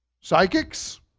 Psychics